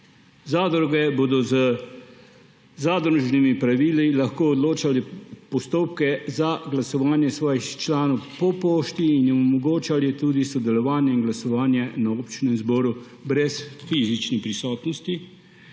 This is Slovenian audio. Zadruge bodo z zadružnimi pravili lahko določale postopke za glasovanje svojih članov po pošti in jim omogočale tudi sodelovanje in glasovanje na občnem zboru brez fizične prisotnosti